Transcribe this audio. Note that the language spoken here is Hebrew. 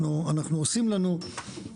אנחנו עושים לנו,